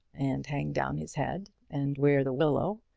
and hang down his head, and wear the willow.